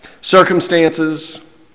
circumstances